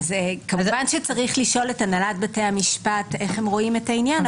כמובן שצריך לשאול את הנהלת בתי המשפט איך הם רואים את העניין,